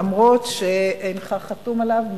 למרות שאינך חתום עליו,